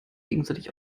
gegenseitig